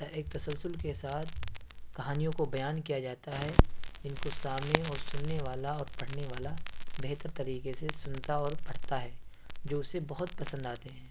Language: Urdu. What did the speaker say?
ایک تسلسل کے ساتھ کہانیوں کو بیان کیا جاتا ہے جن کو سامع اور سننے والا اور پڑھنے والا بہتر طریقے سے سنتا اور پڑھتا ہے جو اسے بہت پسند آتے ہیں